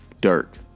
Dirk